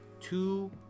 two